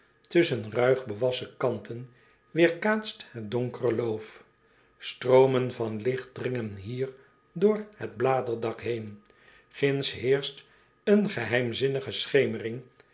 waterloop tusschen ruigbewassen kanten weerkaatst het donkere loof stroomen van licht dringen hier door het bladerendak heen ginds heerscht een geheimzinnige schemering